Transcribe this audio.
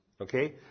Okay